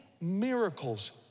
miracles